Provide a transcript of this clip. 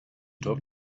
talk